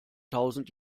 tausend